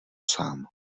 sám